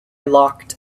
locked